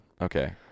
Okay